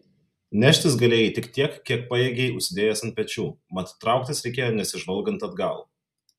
neštis galėjai tik tiek kiek pajėgei užsidėjęs ant pečių mat trauktis reikėjo nesižvalgant atgal